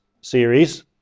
series